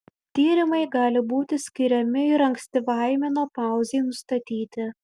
tyrimai gali būti skiriami ir ankstyvai menopauzei nustatyti